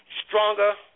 stronger